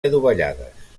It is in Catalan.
adovellades